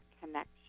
connection